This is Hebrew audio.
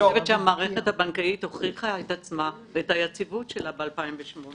אני חושבת שהמערכת הבנקאית הוכיחה את עצמה ואת היציבות שלה ב-2008.